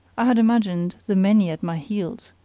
i had imagined the many at my heels